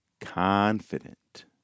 confident